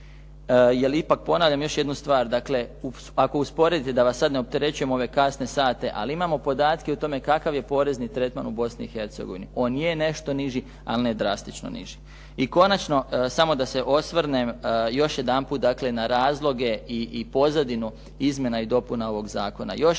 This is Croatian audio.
ipak ponavljam još jednu stvar, dakle ako usporedite, da vas sad ne opterećujem u ove kasne sate, ali imamo podatke o tome kakav je porezni tretman u Bosni i Hercegovini. On je nešto niži, ali ne drastično niži. I konačno, samo da se osvrnem još jedanput dakle na razloge i pozadinu izmjena i dopuna ovog zakona.